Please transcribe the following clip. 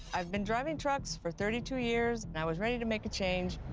i've been driving trucks for thirty two years, and i was ready to make a change.